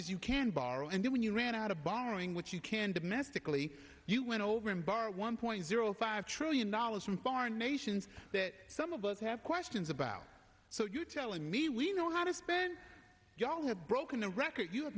as you can borrow and then when you ran out of borrowing which you can domestically you went over and borrow one point zero five trillion dollars from foreign nations that some of us have questions about so you telling me we know how to spend young a broken record you